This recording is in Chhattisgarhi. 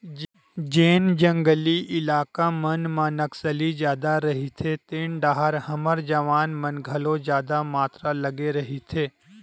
जेन जंगली इलाका मन म नक्सली जादा रहिथे तेन डाहर हमर जवान मन घलो जादा मातरा लगे रहिथे